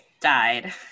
died